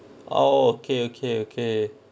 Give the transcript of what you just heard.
ah oh okay okay okay